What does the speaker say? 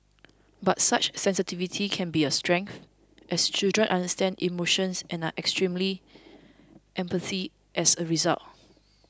but such sensitivity can be a strength as children understand emotions and are extremely empathy as a result